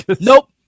Nope